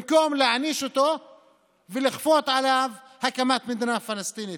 במקום להעניש אותו ולכפות עליו הקמת מדינה פלסטינית.